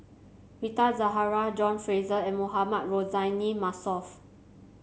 Rita Zahara John Fraser and Mohamed Rozani Maarof